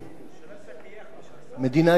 מדינה יהודית ומדינה דמוקרטית,